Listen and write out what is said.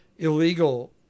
Illegal